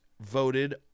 voted